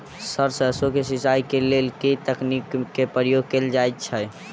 Sir सैरसो केँ सिचाई केँ लेल केँ तकनीक केँ प्रयोग कैल जाएँ छैय?